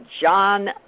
John